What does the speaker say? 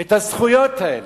את הזכויות האלה?